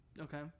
Okay